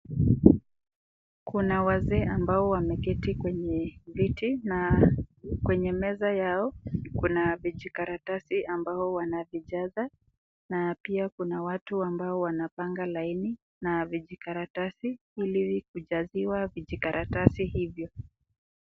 Kuna wazee ambao wameketi kwenye viti na kwenye meza yao kuna vijikaratasi ambao wanajijaza na pia kuna watu ambao wanapanga laini na vijikaratasi ili kujaziwa vijikaratasi hivyo.